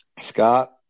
Scott